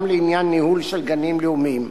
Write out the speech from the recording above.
גם לעניין ניהול של גנים לאומיים.